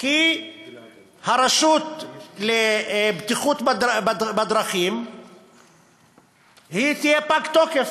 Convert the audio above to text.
כי הרשות לבטיחות בדרכים תהיה "פג תוקף".